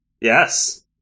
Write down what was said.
Yes